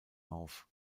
auf